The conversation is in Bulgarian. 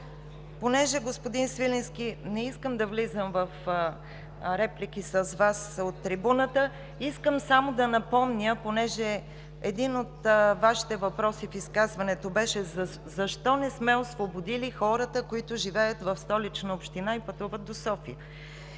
Понеже, господин Свиленски, не искам да влизам в реплики с Вас от трибуната, искам само да напомня, тъй като един от Вашите въпроси в изказването беше защо не сме освободили хората, които живеят в Столична община и пътуват до София.